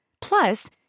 Plus